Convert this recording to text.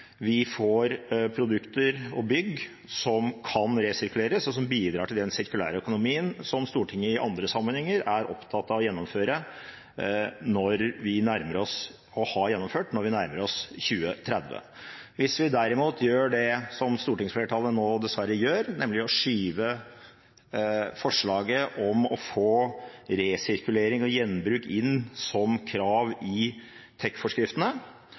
vi får produkter og bygg som kan resirkuleres, og som bidrar til den sirkulære økonomien som Stortinget i andre sammenhenger er opptatt av å gjennomføre og har gjennomført når vi nærmer oss 2030. Hvis vi derimot gjør det som stortingsflertallet nå dessverre gjør, nemlig å skyve forslaget om å få resirkulering og gjenbruk inn som krav i